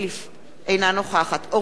אינה נוכחת אורית זוארץ,